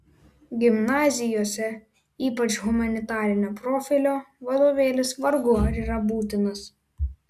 gimnazijose ypač humanitarinio profilio vadovėlis vargu ar yra būtinas